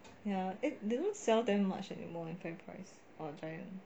yeah those don't sell them much anymore in fairprice or giant